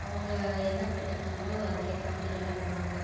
அவங்க என்ன படிச்சுருக்காங்களோ அதுக்கு ஏத்தாமாதிரி வெளில போகறாங்க